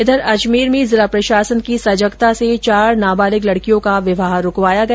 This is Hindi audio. इधर अजमेर में जिला प्रशासन की सजगता से चार नाबालिग लड़कियों का विवाह रूकवाया गया